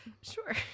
Sure